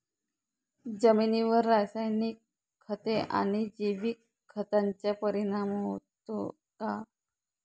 जमिनीवर रासायनिक खते आणि जैविक खतांचा परिणाम होतो का?